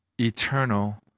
eternal